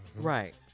Right